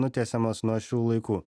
nutiesiamos nuo šių laikų